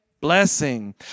blessing